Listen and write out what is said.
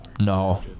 No